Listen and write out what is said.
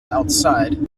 outside